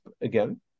again